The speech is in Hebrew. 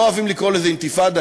לא אוהבים לקרוא לזה אינתיפאדה,